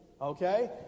okay